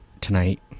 Tonight